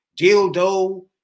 dildo